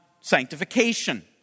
sanctification